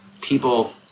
people